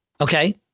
okay